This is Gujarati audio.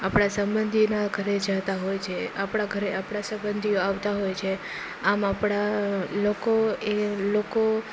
આપણા સબંધીઓના ઘરે જતા હોય છે આપણા ઘરે આપણા સંબંધીઓ આવતા હોય છે આમ આપણા લોકો એ લોકો